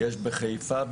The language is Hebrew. בחיפה,